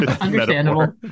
Understandable